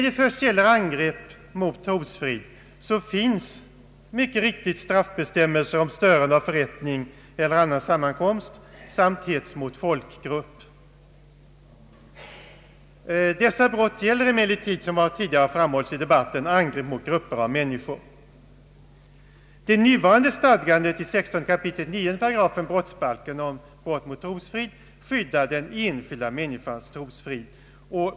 Det finns beträffande angrepp mot trosfrid mycket riktigt straffbestämmelser om störande av förrättning eller annan sammankomst samt hets mot folkgrupp. Dessa brott gäller emellertid, som tidigare framhållits i debatten, angrepp mot grupper av människor. Det nuvarande stadgandet i 16: 9 brottsbalken om brott mot trosfrid skyddar den enskilda människans trosfrid.